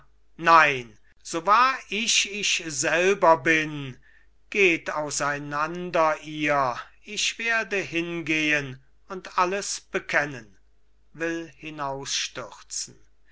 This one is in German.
nein so wahr ich ich selber bin geht auseinander ihr ich werde hingehen und alles bekennen will